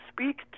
speak